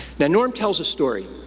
norm tells a story,